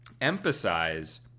emphasize